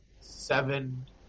seven